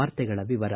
ವಾರ್ತೆಗಳ ವಿವರ